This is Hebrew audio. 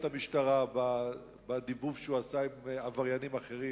את המשטרה בדיבוב שהוא עשה עם עבריינים אחרים.